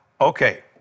Okay